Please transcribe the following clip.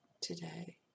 today